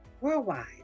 worldwide